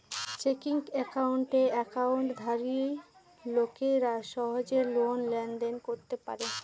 checking একাউণ্টে একাউন্টধারী লোকেরা সহজে রোজ লেনদেন করতে পারবে